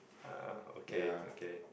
uh okay okay